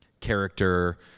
character